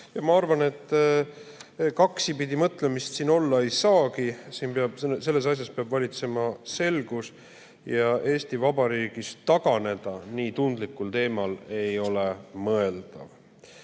Ma arvan, et kaksipidi mõtlemist olla ei saagi, selles asjas peab valitsema selgus. Ja Eesti Vabariigis taganeda nii tundlikul teemal ei ole mõeldav.